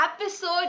Episode